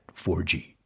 4G